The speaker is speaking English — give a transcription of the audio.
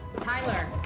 Tyler